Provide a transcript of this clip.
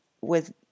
with-